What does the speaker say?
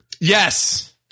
Yes